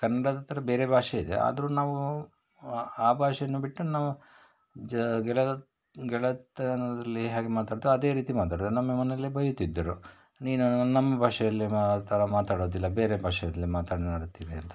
ಕನ್ನಡದ ಥರ ಬೇರೆ ಭಾಷೆ ಇದೆ ಆದರೂ ನಾವು ಆ ಆ ಭಾಷೆಯನ್ನು ಬಿಟ್ಟು ನಾವು ಜ ಗೆಳೆ ಗೆಳೆತನದಲ್ಲಿ ಹೇಗ್ ಮಾತಾಡ್ತೇವೆ ಅದೇ ರೀತಿ ಮಾತಾಡೋದು ನಮ್ಮ ಮನೆಯಲ್ಲಿ ಬೈಯುತ್ತಿದ್ದರು ನೀನು ನಮ್ಮ ಭಾಷೆಯಲ್ಲೆ ಮಾತರ ಮಾತಾಡೋದಿಲ್ಲ ಬೇರೆ ಭಾಷೆಯಲ್ಲೆ ಮಾತನಾಡುತ್ತಿ ಅಂತೇಳಿ